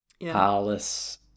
Alice